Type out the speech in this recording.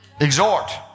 Exhort